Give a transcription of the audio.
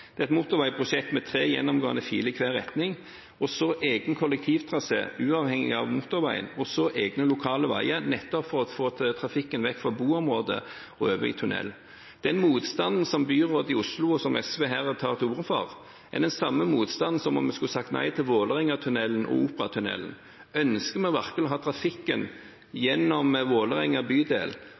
Det er et motorveiprosjekt med tre gjennomgående filer i hver retning, en egen kollektivtrasé uavhengig av motorveien og egne lokale veier nettopp for å få trafikken vekk fra boområdet og over i tunnel. Den motstanden som byrådet i Oslo og SV her tar til orde for, er som om vi skulle sagt nei til Vålerenga-tunnelen og Opera-tunnelen. Ønsker vi virkelig å ha trafikken gjennom Vålerenga bydel